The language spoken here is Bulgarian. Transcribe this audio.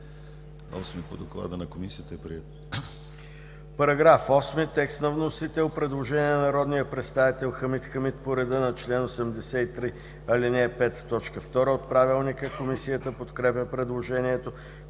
8 по доклада на Комисията е приет.